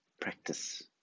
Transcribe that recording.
practice